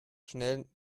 schnell